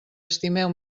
estimeu